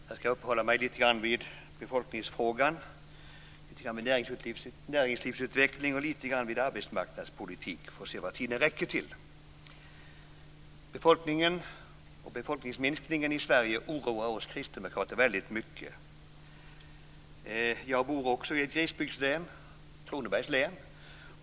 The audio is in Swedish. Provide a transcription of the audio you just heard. Fru talman! Jag ska uppehålla mig lite grann vid befolkningsfrågan, vid näringslivsutveckling och vid arbetsmarknadspolitik. Vi får se vad talartiden räcker till. Befolkningsminskningen i Sverige oroar oss kristdemokrater väldigt mycket. Också jag bor i ett glesbygdslän, Kronobergs län.